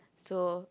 so